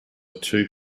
two